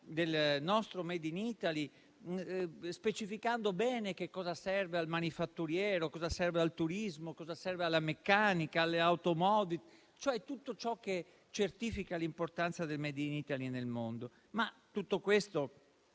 del nostro *made in Italy*, specificando bene che cosa serve al manifatturiero, cosa serve al turismo, cosa serve alla meccanica e alle automobili, cioè tutto ciò che certifica l'importanza del *made in Italy* nel mondo. Tutto questo